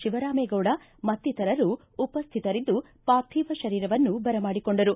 ಶಿವರಾಮೇಗೌಡ ಮತ್ತಿತರರು ಉಪ್ಯಿತರಿದ್ದು ಪಾರ್ಥಿವ ಶರೀರವನ್ನು ಬರಮಾಡಿಕೊಂಡರು